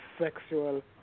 sexual